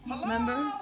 Remember